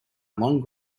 long